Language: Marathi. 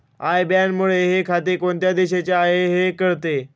आय बॅनमुळे हे खाते कोणत्या देशाचे आहे हे कळते